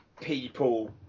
people